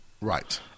Right